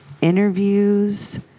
interviews